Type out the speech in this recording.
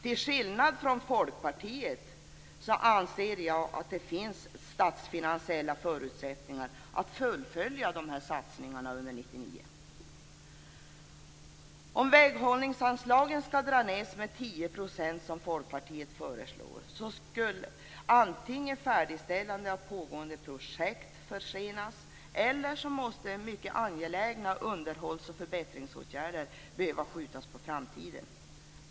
Till skillnad från Folkpartiet anser jag att det finns statsfinansiella förutsättningar för att fullfölja dessa satsningarna under 1999. 10 %, som Folkpartiet föreslår, skulle antingen färdigställandet av pågående projekt försenas eller så skulle mycket angelägna underhålls och förbättringsåtgärder behöva skjutas på framtiden.